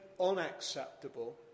unacceptable